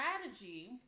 strategy